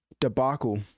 debacle